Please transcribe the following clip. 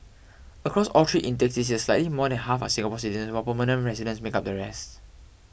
across all three intakes this year slightly more than half are Singapore citizens while permanent residents make up the rest